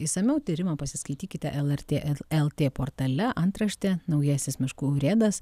išsamiau tyrimą pasiskaitykite lrt lt portale antrašte naujasis miškų urėdas